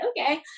okay